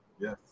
yes